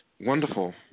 wonderful